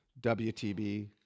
WTB